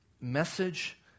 message